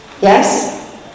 Yes